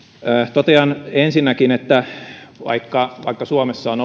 totean ensinnäkin että vaikka vaikka suomessa on